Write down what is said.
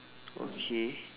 okay